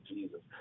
Jesus